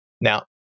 Now